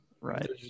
right